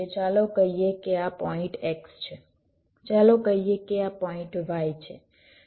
ચાલો કહીએ કે આ પોઈંટ x છે ચાલો કહીએ કે આ પોઈંટ y છે